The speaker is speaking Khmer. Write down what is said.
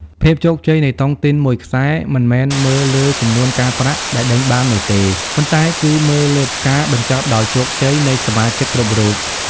ភាពជោគជ័យនៃតុងទីនមួយខ្សែ មិនមែនមើលលើចំនួនការប្រាក់ដែលដេញបាននោះទេ ប៉ុន្តែគឺមើលលើ "ការបញ្ចប់ដោយជោគជ័យ" នៃសមាជិកគ្រប់រូប។